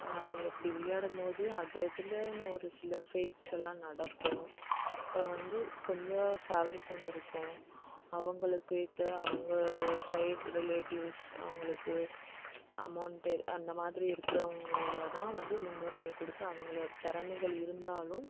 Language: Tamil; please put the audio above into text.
அதுங்க இப்படி விளையாடும்போது அது அதிலேன்னு ஒரு சில ஃபேக்ஸ் எல்லாம் நடக்கும் அப்போ வந்து கொஞ்சம் ஃபேவரிசம் இருக்கும் அவங்களுக்கேத்த அவங்க சைடு ரிலேட்டிவ்ஸ் அவங்களுக்கு அமௌண்ட் அந்தமாதிரி இருக்கிறவுங்கள தான் வந்து முன்னுரிமை கொடுத்து அவங்களை திறமைகள் இருந்தாலும்